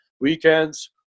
Weekends